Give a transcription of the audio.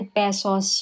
pesos